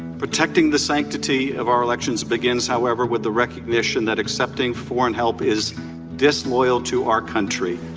protecting the sanctity of our elections begins however with the recognition that accepting foreign help is disloyal to our country.